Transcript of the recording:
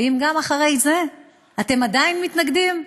ואם גם אחרי זה אתם עדיין מתנגדים,